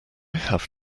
have